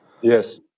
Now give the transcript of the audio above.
Yes